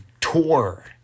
Tour